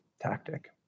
tactic